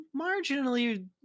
marginally